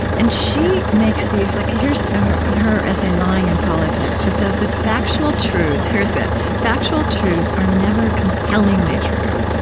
and she makes these like, here's ah her her essay lying in politics. she says that factual truths, here's that. factual truths are never compellingly true.